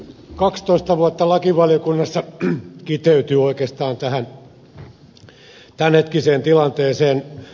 kaksitoista vuotta lakivaliokunnassa kiteytyy oikeastaan tähän tämänhetkiseen tilanteeseen